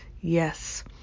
Yes